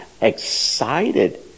excited